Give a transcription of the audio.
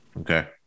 Okay